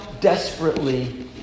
desperately